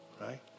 Right